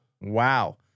Wow